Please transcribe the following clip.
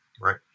right